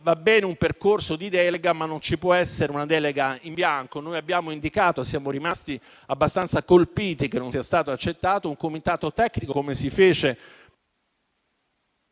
va bene un percorso di delega, ma non ci può essere una delega in bianco. Noi abbiamo indicato, restando abbastanza colpiti dal fatto che non sia stato accettato, un comitato tecnico - come si fece